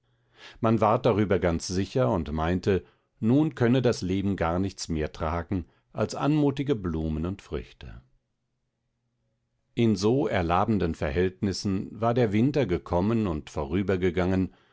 man ward darüber ganz sicher und meinte nun könne das leben gar nichts mehr tragen als anmutige blumen und früchte in so erlabenden verhältnissen war der winter gekommen und vorübergegangen